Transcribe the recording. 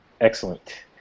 Excellent